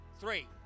three